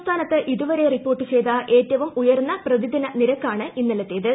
സംസ്ഥാനത്ത് ഇതുവരെ റിപ്പോർട്ട് പ്പെയ്ത ഏറ്റവും ഉയർന്ന പ്രതിദിന നിരക്കാണ് ഇന്നീലുത്തേത്